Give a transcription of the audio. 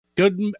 Good